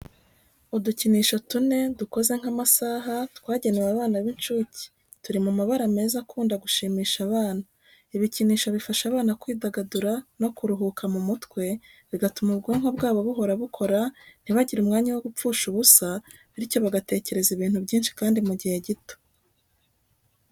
Udukinisho tune dukoze nk'amasaha twagenewe abana b'incuke turi mu mabara meza akunda gushimisha abana. Ibikinisho bifasha abana kwidagadura no kuruhuka mu mutwe, bigatuma ubwonko bwabo buhora bukora, ntibagire umwanya wo gupfa ubusa bityo bagatekereza ibintu byinshi kandi mu gihe gito.